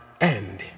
end